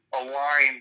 align